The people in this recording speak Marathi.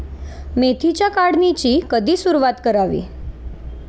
मेथीच्या काढणीची कधी सुरूवात करावी?